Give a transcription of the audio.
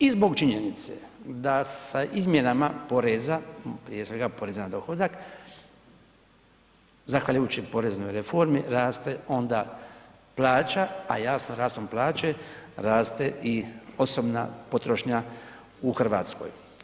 I zbog činjenice da se izmjenama poreza, prije svega poreza na dohodak, zahvaljujući poreznoj reformi raste onda plaća, a jasno, rastom plaće raste i osobna potrošnja u Hrvatskoj.